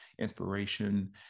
Inspiration